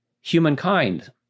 humankind